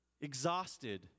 exhausted